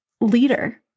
leader